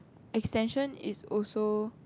extension is also